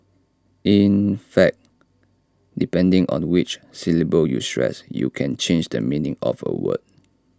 in fact depending on which syllable you stress you can change the meaning of A word